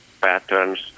patterns